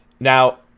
Now